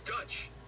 Dutch